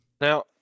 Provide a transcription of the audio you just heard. Now